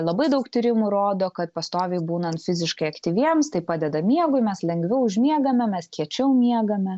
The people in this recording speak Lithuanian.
labai daug tyrimų rodo kad pastoviai būnant fiziškai aktyviems tai padeda miegui mes lengviau užmiegame mes kiečiau miegame